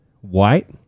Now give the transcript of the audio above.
white